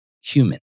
human